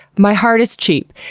my heart is cheap.